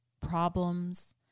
problems